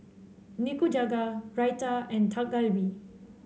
Nikujaga Raita and Dak Galbi